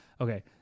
okay